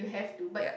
yup